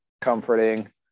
comforting